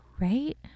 Right